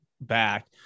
back